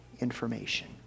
information